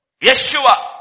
Yeshua